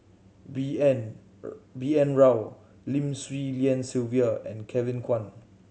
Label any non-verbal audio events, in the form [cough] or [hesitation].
B N [hesitation] B N Rao Lim Swee Lian Sylvia and Kevin Kwan